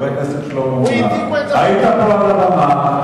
חבר הכנסת שלמה מולה, היית פה על הבמה.